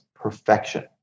perfection